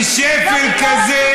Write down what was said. לשפל כזה.